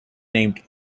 named